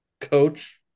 coach